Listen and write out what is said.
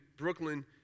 Brooklyn